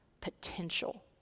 potential